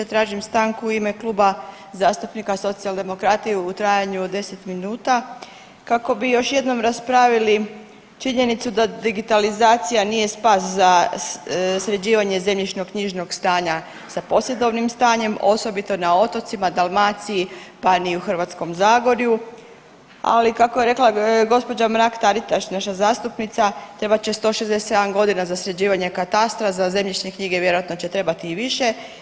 Tražim stanku u ime Kluba zastupnika Socijaldemokrata u trajanju od 10 minuta kako bi još jednom raspravili činjenicu da digitalizacija nije spas za sređivanje zemljišno-knjižnog stanja sa posjedovnim stanjem, osobito na otocima, Dalmaciji, pa ni u Hrvatskom zagorju, ali kako je rekla gđa. Mrak-Taritaš naša zastupnica, trebat će 167.g. za sređivanje katastra, za zemljišne knjige vjerojatno će trebati i više.